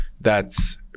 that's-